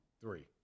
three